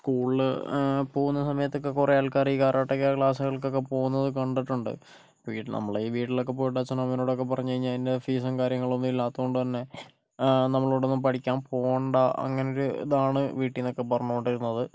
സ്കൂളിൽ പോകുന്ന സമയത്തൊക്കെ കുറെ ആൾക്കാര് ഈ കരാട്ടക്ക് ക്ലാസ്കൾക്കൊക്കെ പോകുന്ന കണ്ടിട്ടുണ്ട് വീട്ടില് നമ്മള് ഈ വീട്ടിലൊക്കെ പോയിട്ട് അച്ഛനു അമ്മയോടൊക്കെ പറഞ്ഞ് കഴിഞ്ഞ് അതിൻ്റെ ഫീസും കാര്യങ്ങളൊക്കെ ഇല്ലാത്ത കൊണ്ട് തന്നെ നമ്മളോട് ഒന്നും പഠിക്കാൻ പോകണ്ട അങ്ങനൊരുതാണ് വീട്ടിൽനിന്നൊക്കെ പറഞ്ഞ് കൊണ്ടിരുന്നത്